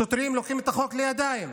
שוטרים לוקחים את החוק לידיים,